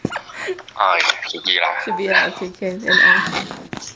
should be lah okay can